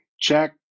check